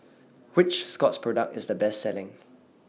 Which Scott's Product IS The Best Selling